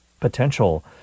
potential